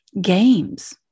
games